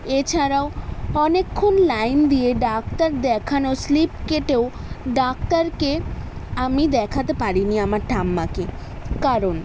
এছাড়াও অনেকক্ষণ লাইন দিয়ে ডাক্তার দেখানো স্লিপ কেটেও ডাক্তারকে আমি দেখাতে পারিনি আমার ঠাম্মাকে কারণ